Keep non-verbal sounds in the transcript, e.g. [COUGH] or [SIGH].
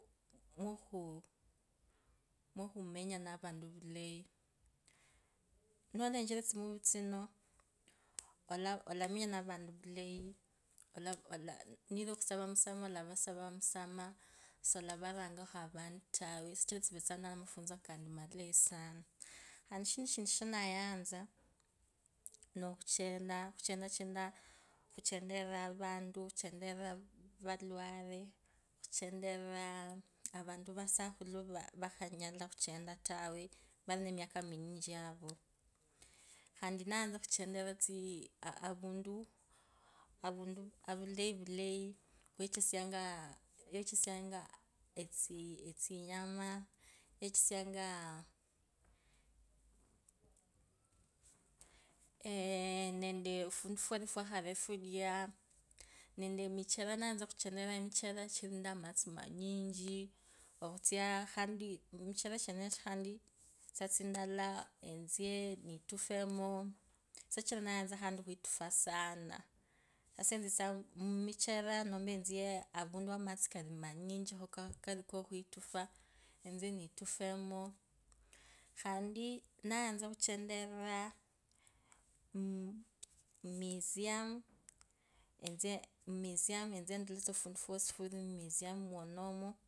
Mukhu mukhumenya navantu vulayi nolechora thimovie tsino olamanya na vantu vulayi ola ola, mwenye khasava musamaha olavasavo omusamaha, solavarangakho avantu tawe. shichira tsivetsonga nende amafunzo kandi amalayi sana khandi shindi shanayata no khuchendachenda, khunderira avantu khunderia avalwale, khundereria avakhulu vali nemiaka minyichi avo khandi nayatsa khuchendiria tsii avundu uu avulavula wavechesianga vechesianga etsinyama vechesianga [HESITATION] nende ufundu fwali fwakhale fwulia, nende emicheria, nayutsa khuchenderiria emucherira emichera chiri nende amatsi amanyichi, okhutsa khandi, etsisaa tsindala etsie, etsie nitufemu, shichira nayatsa emitsera chiri nende amatsi manyichi, etsie nditufahamu, khandi ndayatsa khuchenderiria mumesium etsie endore funde fuli mumesium mwenomo.